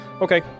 Okay